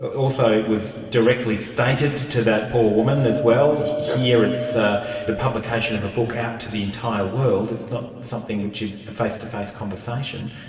also it was directly stated to that poor woman as well. well. here it's the publication of a book out to the entire world, it's not something which is a face-to-face conversation.